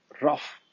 rough